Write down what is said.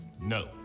No